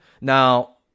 Now